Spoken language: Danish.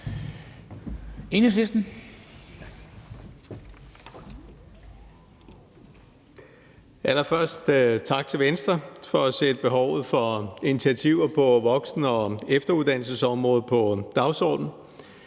Sølvhøj (EL): Allerførst tak til Venstre for at sætte behovet for initiativer på voksen- og efteruddannelsesområdet på dagsordenen.